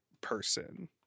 person